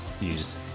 use